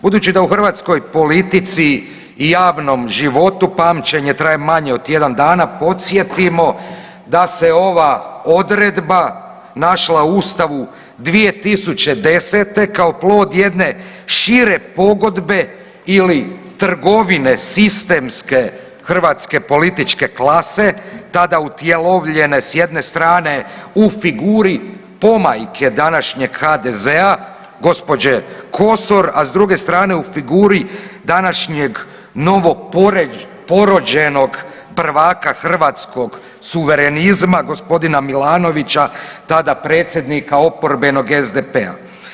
Budući da u hrvatskoj politici i javnom životu pamćenje traje manje od tjedan dana podsjetimo da se ova odredba našla u Ustavu 2010. kao plod jedne šire pogodbe ili trgovine sistemske hrvatske političke klase tada utjelovljene s jedne strane u figuri pomajke današnjeg HDZ-a gospođe Kosor, a s druge strane u figuri današnjeg novog porođenog prvaka hrvatskog suverenizma gospodina Milanovića tada predsjednika oporbenog SDP-a.